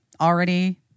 already